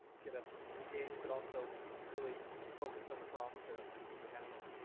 get us engaged but also really focused on the problems that our students are having.